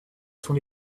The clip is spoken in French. son